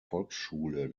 volksschule